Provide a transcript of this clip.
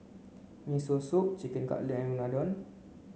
Miso Soup Chicken Cutlet and Unadon